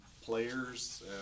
players